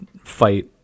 fight